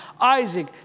Isaac